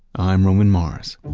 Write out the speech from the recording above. i'm roman mars